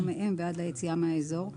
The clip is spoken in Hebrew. או מהם ועד ליציאה מהאזור,